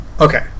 Okay